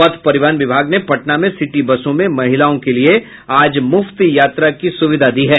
पथ परिवहन विभाग ने पटना में सिटी बसों में महिलाओं के लिये आज मुफ्त यात्रा की सुविधा दी है